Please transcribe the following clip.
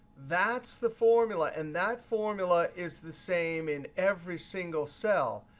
that's the formula. and that formula is the same in every single cell.